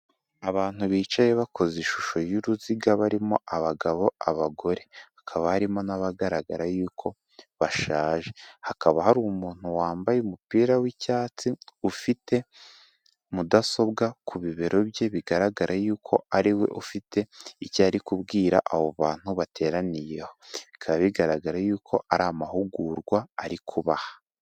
Abantu bicaye bakoze ishusho y'uruziga barimo abagabo, abagore, hakaba harimo n'abagaragara yuko bashaje, hakaba hari umuntu wambaye umupira w'icyatsi ufite mudasobwa ku bibero bye, bigaragare yuko ari we ufite icyo ari kubwira abo bantu bateraniye aho, bikaba bigaragara yuko ari amahugurwa ari kubaha.